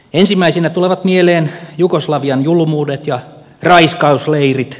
ensimmäisinä tulevat mieleen jugoslavian julmuudet ja raiskausleirit